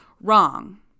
Wrong